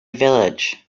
village